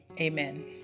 amen